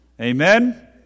Amen